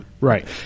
Right